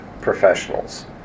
professionals